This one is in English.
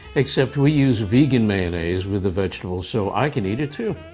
except we use vegan mayonnaise with the vegetables, so i can eat it too.